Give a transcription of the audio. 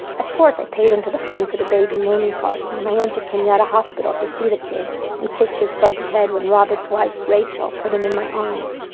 of course i paid into the fund for the baby naming party, and i went to kenyatta hospital to see the kid and kissed his fuzzy head when robert's wife, rachael, put him in my arms.